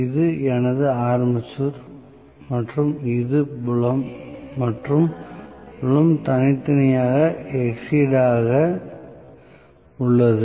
இது எனது ஆர்மேச்சர் மற்றும் இது புலம் மற்றும் புலம் தனித்தனியாக எக்சிட்டடாக உள்ளது